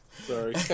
Sorry